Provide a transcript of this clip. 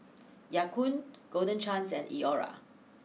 Ya Kun Golden Chance and Iora